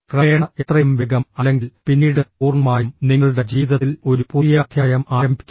ക്രമേണ എത്രയും വേഗം അല്ലെങ്കിൽ പിന്നീട് പൂർണ്ണമായും നിങ്ങളുടെ ജീവിതത്തിൽ ഒരു പുതിയ അധ്യായം ആരംഭിക്കുക